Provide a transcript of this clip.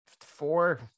four